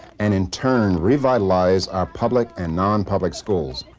and in turn revitalize our public and non-public schools.